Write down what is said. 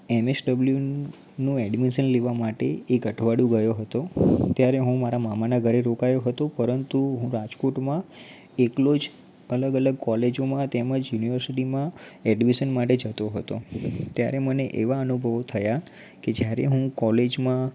એમ S ડબલ્યુનું admission લેવા માટે એક અઠવાડિયું ગયો હતો ત્યારે હું મારા મામાના ઘરે રોકાયો હતો પરંતુ હું રાજકોટમાં એકલો જ અલગ અલગ કૉલેજોમાં તેમ જ યુનિવર્સિટીમાં ઍડમિશન માટે જતો હતો ત્યારે મને એવાં અનુભવો થયા કે જયારે હું કૉલેજમાં